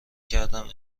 کردم